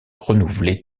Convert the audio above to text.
renouvelé